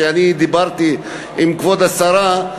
אני דיברתי עם כבוד השרה,